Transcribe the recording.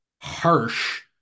harsh